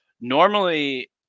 Normally